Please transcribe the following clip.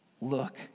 look